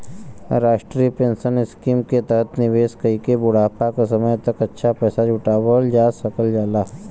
राष्ट्रीय pension scheme के तहत निवेश कइके बुढ़ापा क समय तक अच्छा पैसा जुटावल जा सकल जाला